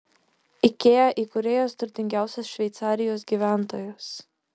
ikea įkūrėjas turtingiausias šveicarijos gyventojas